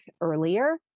earlier